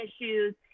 issues